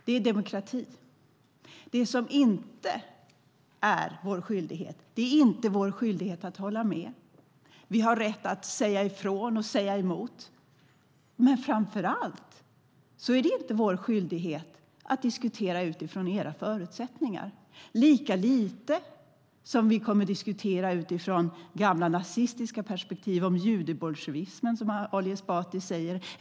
Det är demokrati. Det är dock inte vår skyldighet att hålla med. Vi har rätt att säga ifrån och säga emot. Men framför allt är det inte vår skyldighet att diskutera utifrån era förutsättningar, lika lite som vi kommer att diskutera utifrån gamla nazistiska perspektiv om judebolsjevismen, som Ali Esbati säger.